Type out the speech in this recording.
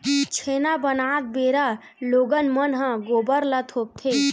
छेना बनात बेरा लोगन मन ह गोबर ल थोपथे